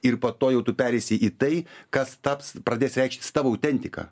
ir po to jau tu pereisi į tai kas taps pradės reikštis tavo autentika